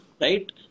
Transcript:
right